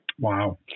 Wow